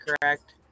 correct